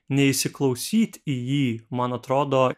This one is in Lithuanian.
neįsiklausyt į jį man atrodo